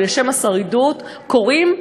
לשם השרידות קורים,